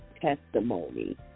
testimony